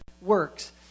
works